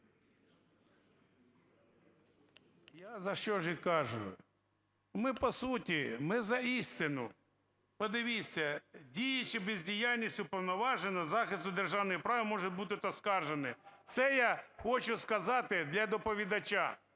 ж за що ж і кажу. Ми по суті, ми за істину. Подивіться: "Дії чи бездіяльність Уповноваженого із захисту державної мови можуть бути оскаржені". Це я хочу сказати для доповідача.